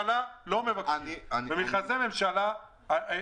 במכרזי ממשלה לא מבקשים,